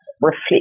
reflect